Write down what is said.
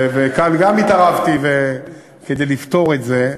וכאן גם התערבתי כדי לפתור את זה.